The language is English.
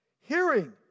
Hearing